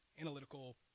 analytical